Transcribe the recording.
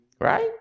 Right